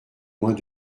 moins